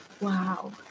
wow